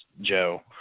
Joe